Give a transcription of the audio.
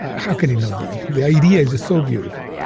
how can it not be? the ideas are so beautiful.